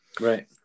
Right